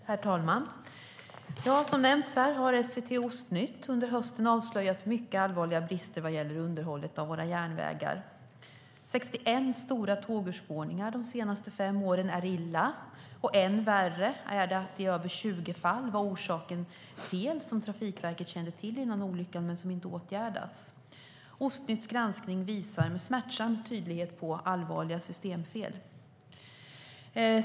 Herr talman! Ja, som nämnts här har SVT Östnytt under hösten avslöjat mycket allvarliga brister vad gäller underhållet av våra järnvägar. 61 stora tågurspårningar de senaste fem åren är illa. Än värre är det att orsaken i över 20 fall var fel som Trafikverket kände till innan olyckan men som inte åtgärdats. Östnytts granskning visar med smärtsam tydlighet på allvarliga systemfel.